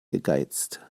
gegeizt